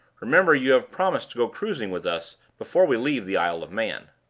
remember you have promised to go cruising with us before we leave the isle of man.